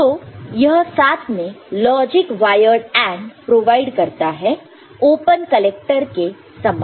तो यह साथ में लॉजिक वायर्ड AND प्रोवाइड करता है ओपन कलेक्टर के समान